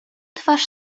twarz